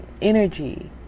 energy